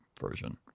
version